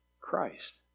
Christ